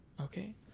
Okay